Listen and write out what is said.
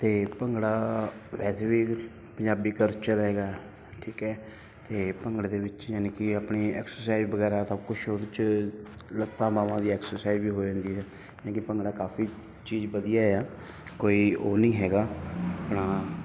ਅਤੇ ਭੰਗੜਾ ਵੈਸੇ ਵੀ ਅਗਰ ਪੰਜਾਬੀ ਕਰਚਰ ਹੈਗਾ ਠੀਕ ਹੈ ਅਤੇ ਭੰਗੜੇ ਦੇ ਵਿੱਚ ਜਾਨੀ ਕਿ ਆਪਣੀ ਐਕਸਰਸਾਈਜ਼ ਵਗੈਰਾ ਤਾਂ ਕੁਛ ਉਹਚ ਲੱਤਾਂ ਬਾਹਵਾਂ ਦੀ ਐਕਸਰਸਾਈਜ਼ ਵੀ ਹੋ ਜਾਂਦੀ ਹੈ ਜਾਨੀ ਕਿ ਭੰਗੜਾ ਕਾਫ਼ੀ ਚੀਜ਼ ਵਧੀਆ ਆ ਕੋਈ ਉਹ ਨਹੀਂ ਹੈਗਾ ਆਪਣਾ